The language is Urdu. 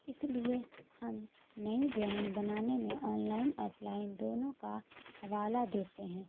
اس لیے ہم نئی ڈرائنگ بنانے میں آن لائن آف لائن دونوں کا حوالہ دیتے ہیں